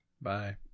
Bye